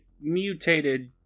mutated